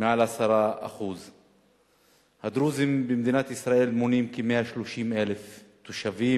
בהן מעל 10%. הדרוזים במדינת ישראל מונים כ-130,000 תושבים,